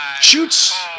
shoots